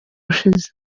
ushize